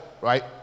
right